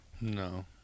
No